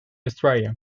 australia